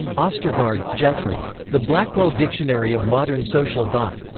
ostergaard, geoffrey. the blackwell dictionary of modern social thought.